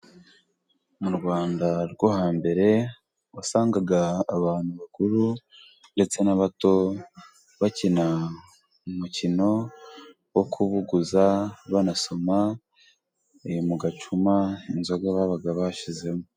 Mu Rwanda rwo hambere wasangaga abantu bakuru ndetse n'abato bakina umukino wo kubuguza, banasoma mu gacuma inzoga babaga bashyizemo.